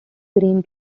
green